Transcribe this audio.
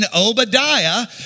Obadiah